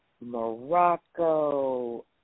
Morocco